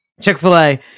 Chick-fil-a